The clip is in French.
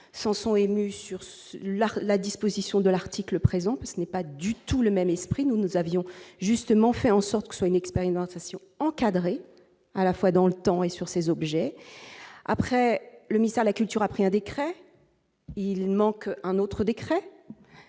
s'en sont émus sur ce la la disposition de l'article présent ce n'est pas du tout le même esprit, nous, nous avions justement faire en sorte que soit une expérimentation encadré à la fois dans le temps et sur ces objets après le mystère, la culture a pris un décret, il manque un autre décret,